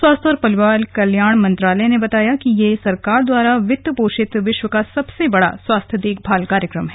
स्वास्थ्य और परिवार कल्याण मंत्रालय ने बताया कि यह सरकार द्वारा वित्त पोषित विश्व का सबसे बड़ा स्वास्थ्य देखभाल कार्यक्रम है